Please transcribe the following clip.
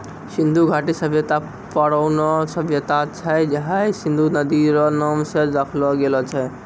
सिन्धु घाटी सभ्यता परौनो सभ्यता छै हय सिन्धु नदी रो नाम से राखलो गेलो छै